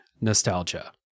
nostalgia